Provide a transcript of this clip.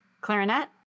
clarinet